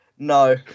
No